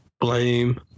Blame